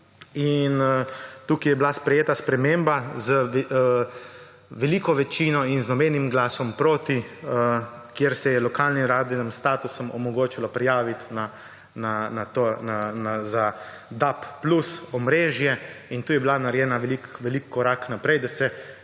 tukaj je bila sprejeta sprememba z veliko večino in z nobenim glasom proti, kjer se je z lokalnim radio statusom omogočilo prijaviti za DAB+ omrežje in tukaj je bil narejen velik korak naprej, da se